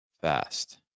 Fast